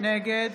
נגד